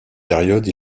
période